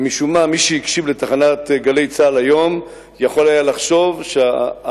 ומשום מה מי שהקשיב לתחנת "גלי צה"ל" היום יכול היה לחשוב שההזדהות